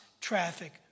traffic